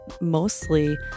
mostly